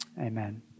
Amen